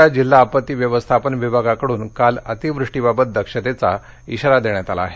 पालघरच्या जिल्हा आपत्ती व्यवस्थापन विभागा कडून काल अतिवृष्टीबाबत दक्षतेचा श्रीरा देण्यात आला आहे